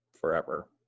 forever